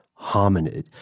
hominid